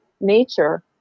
nature